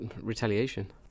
Retaliation